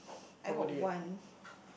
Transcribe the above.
I got one